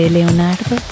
Leonardo